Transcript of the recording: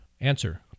Answer